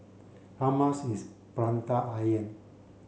how much is Prata Onion